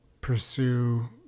pursue